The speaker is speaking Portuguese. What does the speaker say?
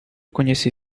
conheci